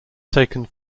taken